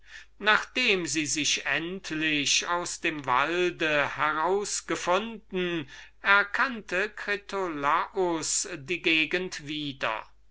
nachdem sie sich endlich aus dem walde herausgefunden hatten erkannte critolaus die gegend wieder